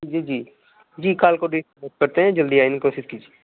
जी जी जी काल को डेट करते हैं जल्दी आने की कोशिश कीजिए